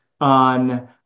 on